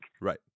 right